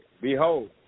Behold